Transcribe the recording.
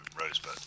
Rosebud